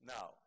Now